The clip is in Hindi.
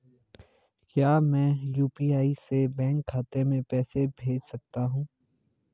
क्या मैं यु.पी.आई से बैंक खाते में पैसे भेज सकता हूँ?